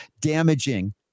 damaging